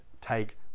take